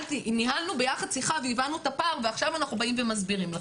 ניהלנו ביחד שיחה והבנו את הפער ועכשיו אנחנו באים ומסבירים לכם,